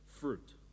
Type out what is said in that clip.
fruit